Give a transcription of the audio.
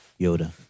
Yoda